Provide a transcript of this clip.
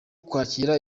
kwakira